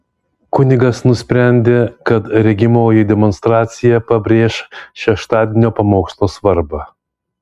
kunigas nusprendė kad regimoji demonstracija pabrėš šeštadienio pamokslo svarbą